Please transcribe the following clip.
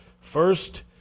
first